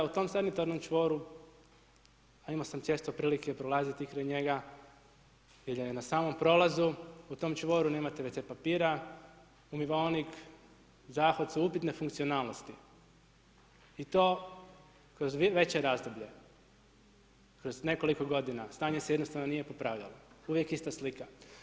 U tom sanitarnom čvoru a ima osa često prilike prolaziti kraj njega jer je na samom prolazu, u tom čvoru nemate WC papira, umivaonik, zahod su upitne funkcionalnosti i to kroz veće razdoblje, kroz nekoliko godina, stanje se jednostavno nije popravljalo, uvijek ista slika.